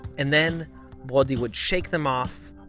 and then brody would shake them off,